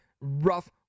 rough